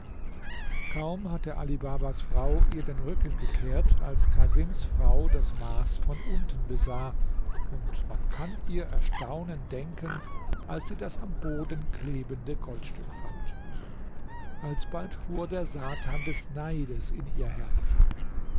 kaum hatte ali babas frau ihr den rücken gekehrt als casims frau das maß von unten besah und man kann ihr erstaunen denken als sie das am boden klebende goldstück fand alsbald fuhr der satan des neides in ihr herz